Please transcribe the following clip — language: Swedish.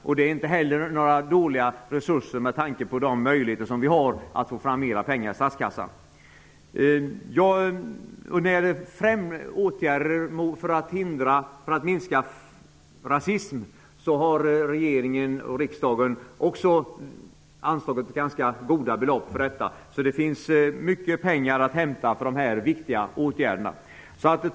Det är inte heller några dåliga resurser med tanke på de möjligheter som vi har att få fram mer pengar i statskassan. När det gäller åtgärder för att motverka rasism har regeringen och riksdagen anslagit ganska stora belopp. Det finns mycket pengar anslagna för dessa viktiga åtgärder.